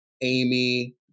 Amy